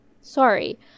sorry